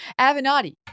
Avenatti